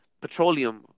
petroleum